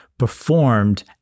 Performed